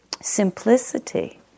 Simplicity